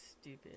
stupid